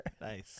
Nice